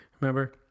Remember